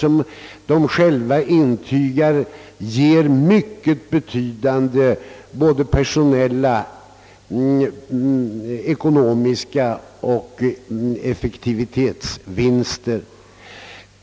Styrelsen intygar själv att denna ger mycket betydande personella, ekonomiska och effektivitetsmässiga vinster.